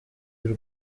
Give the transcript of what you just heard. y’u